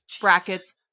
brackets